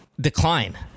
decline